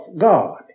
God